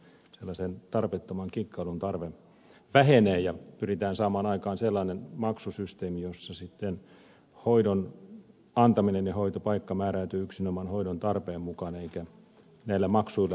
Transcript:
könösen tarpeettoman kikkailun tarve vähenee ja pyritään saamaan aikaan sellainen maksusysteemi jossa sitten hoidon antaminen ja hoitopaikka määräytyvät yksinomaan hoidon tarpeen mukaan eivätkä näillä maksuilla kikkailemisen perusteella